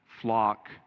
flock